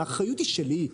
האחריות היא שלי.